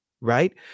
right